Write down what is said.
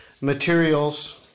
materials